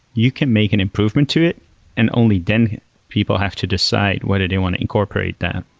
you can make an improvement to it and only then people have to decide whether they want to incorporate that.